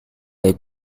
lay